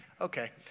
Okay